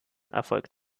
erfolgt